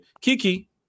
Kiki